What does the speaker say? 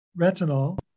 retinol